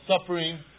suffering